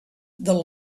the